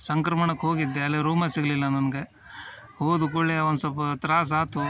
ಸಂಕ್ರಮಣಕ್ಕೆ ಹೋಗಿದ್ದೆ ಅಲ್ಲಿ ರೂಮೇ ಸಿಗಲಿಲ್ಲ ನನ್ಗೆ ಹೋದ ಕೂಡ್ಲೇ ಒಂದು ಸ್ವಲ್ಪ ತ್ರಾಸು ಆಯ್ತು